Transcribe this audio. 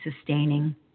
sustaining